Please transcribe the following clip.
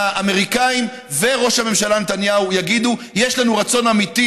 שהאמריקנים וראש הממשלה נתניהו יגידו: יש לנו רצון אמיתי,